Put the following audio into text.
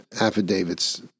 affidavits